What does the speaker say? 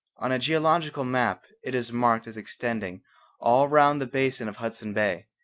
on a geological map it is marked as extending all round the basin of hudson bay,